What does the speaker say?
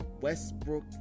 Westbrook